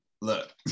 look